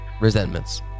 resentments